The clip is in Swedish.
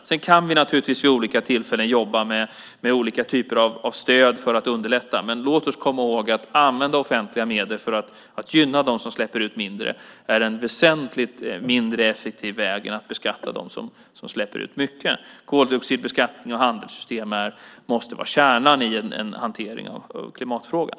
Givetvis kan vi vid olika tillfällen jobba med olika typer av stöd för att underlätta, men låt oss komma ihåg att användning av offentliga medel för att gynna dem som släpper ut mindre är en väsentligt mindre effektiv väg än att beskatta dem som släpper ut mycket. Koldioxidbeskattning och handelssystem måste vara kärnan i hanteringen av klimatfrågan.